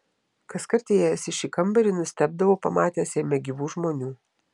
kaskart įėjęs į šį kambarį nustebdavau pamatęs jame gyvų žmonių